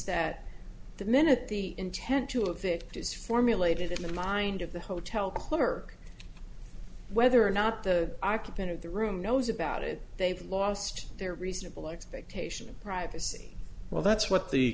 that the minute the intent to of it is formulated in the mind of the hotel clerk whether or not the occupant of the room knows about it they've lost their reasonable expectation of privacy well that's what the